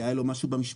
כי היה לו משהו במשפחה,